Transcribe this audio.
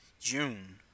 June